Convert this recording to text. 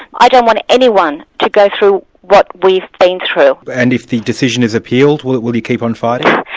i don't want anyone to go through what we've been through. and if the decision is appealed, will will you keep on fighting?